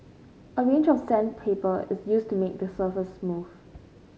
a range of sandpaper is used to make the surface smooth